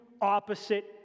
opposite